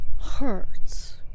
hurts